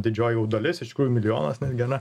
didžioji jų dalis iš tikrųjų milijonas netgi ane